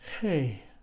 Hey